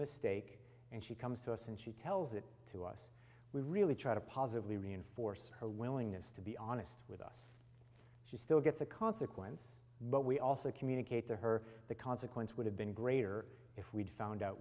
mistake and she comes to us and she tells it to us we really try to positively reinforce her willingness to be honest with us she still gets a consequence but we also communicate to her the consequence would have been greater if we'd found out